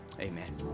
amen